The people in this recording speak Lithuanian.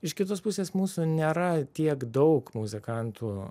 iš kitos pusės mūsų nėra tiek daug muzikantų